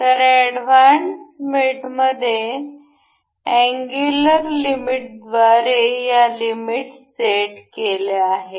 तर ऍडव्हान्स मेट मध्ये अँगुलर लिमिटेद्वारे या लिमिट सेट केल्या आहेत